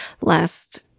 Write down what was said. last